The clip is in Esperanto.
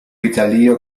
italio